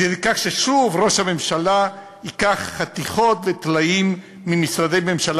על-ידי כך ששוב ראש הממשלה ייקח חתיכות וטלאים ממשרדי ממשלה